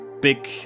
big